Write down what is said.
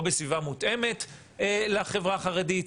או בסביבה מותאמת לחברה החרדית,